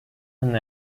than